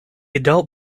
adult